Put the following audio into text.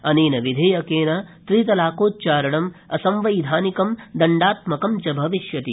अना विध्यक्रित त्रितलाकोच्चारणम् असंवैधानिकं दण्डात्मकं च भविष्यति